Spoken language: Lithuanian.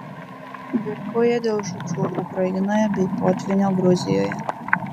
virkauja dėl žūčių ukrainoje bei potvynio gruzijoje